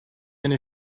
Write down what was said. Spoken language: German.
eine